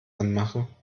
anmachen